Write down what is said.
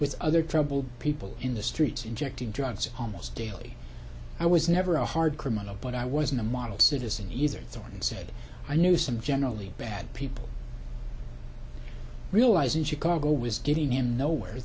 with other troubled people in the streets injecting drugs almost daily i was never a hard criminal but i wasn't a model citizen either through and said i knew some generally bad people realize in chicago was getting him nowhere